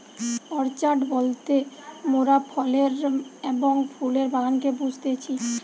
orchard বলতে মোরাফলের এবং ফুলের বাগানকে বুঝতেছি